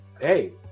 hey